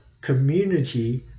community